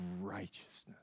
righteousness